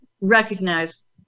recognize